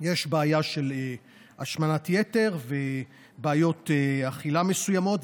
יש בעיה של השמנת יתר ובעיות אכילה מסוימות,